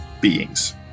beings